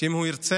שאם הוא ירצה,